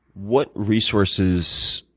what resources,